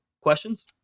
questions